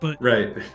Right